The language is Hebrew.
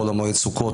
בחול המועד סוכות,